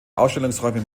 ausstellungsräume